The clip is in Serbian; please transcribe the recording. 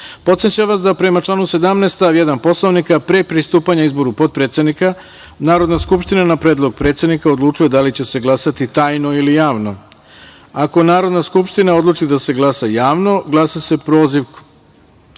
vas da, prema članu 17. stav 1. Poslovnika, pre pristupanja izboru potpredsednika, Narodna skupština na predlog predsednika odlučuje da li će se glasati tajno ili javno. Ako Narodna skupština odluči da se glasa javno, glasa se prozivkom